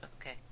Okay